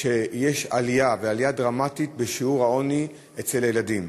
יש עלייה דרמטית בשיעור העוני אצל ילדים.